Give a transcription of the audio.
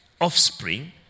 offspring